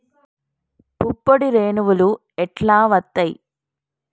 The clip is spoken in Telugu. పుప్పొడి రేణువులు ఎట్లా వత్తయ్?